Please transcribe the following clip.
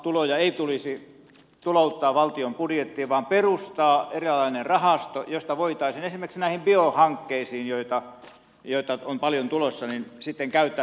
pääomatuloja ei tulisi tulouttaa valtion budjettiin vaan tulisi perustaa eräänlainen rahasto josta voitaisiin esimerkiksi näihin biohankkeisiin joita on paljon tulossa sitten käyttää tämän rahaston tuottoa